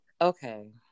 okay